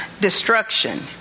destruction